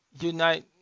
Unite